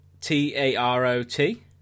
T-A-R-O-T